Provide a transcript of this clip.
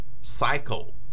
cycle